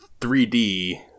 3D